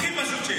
הכי פשוט שיש.